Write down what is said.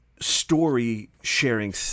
story-sharing